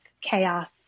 chaos